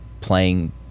playing